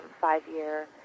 five-year